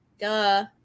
duh